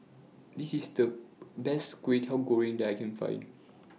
This IS The Best Kway Teow Goreng that I Can Find